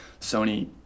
Sony